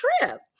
trip